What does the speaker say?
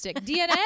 dna